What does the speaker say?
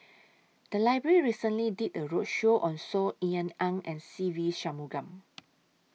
The Library recently did A roadshow on Saw Ean Ang and Se Ve Shanmugam